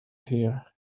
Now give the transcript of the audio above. here